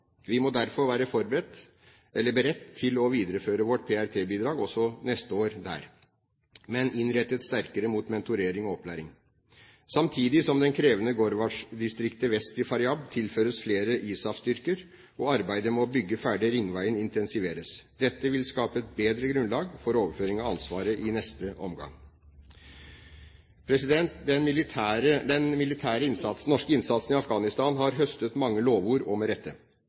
Vi må derfor være beredt til å videreføre vårt PRT-bidrag også neste år der, men innrettet sterkere mot mentorering og opplæring, samtidig som den krevende Ghowrmach-distriktet vest i Faryab tilføres flere ISAF-styrker og arbeidet med å bygge ferdig ringveien intensiveres. Dette vil skape et bedre grunnlag for overføring av ansvaret i neste omgang. Den norske militære innsatsen i Afghanistan har høstet mange lovord, og med rette.